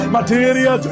Materia